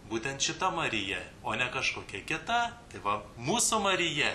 būtent šita marija o ne kažkokia kita tai va mūsų marija